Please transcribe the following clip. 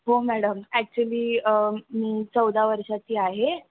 हो madam actually मी चौदा वर्षाची आहे